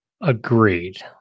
agreed